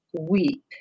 weep